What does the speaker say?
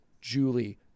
Julie